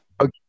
Okay